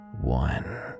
one